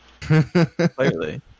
Clearly